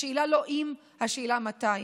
השאלה היא לא אם, השאלה היא מתי.